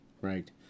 right